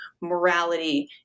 morality